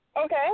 Okay